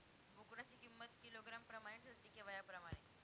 बोकडाची किंमत किलोग्रॅम प्रमाणे ठरते कि वयाप्रमाणे?